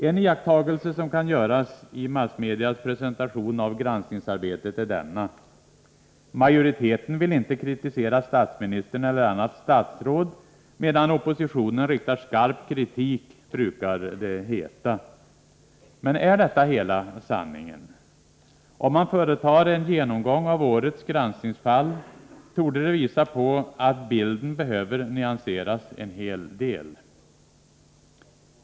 En iakttagelse som kan göras beträffande massmedias presentation av granskningsarbetet är denna: Majoriteten vill inte kritisera statsministern eller något annat statsråd, medan oppositionen framför skarp kritik, brukar det heta. Men är detta hela sanningen? Om man företar en genomgång av årets granskningsfall torde den visa på att bilden behöver nyanseras en hel del.